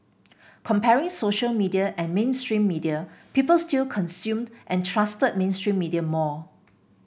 comparing social media and mainstream media people still consumed and trusted mainstream media more